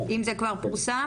אם זה כבר פורסם?